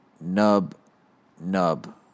Nub-nub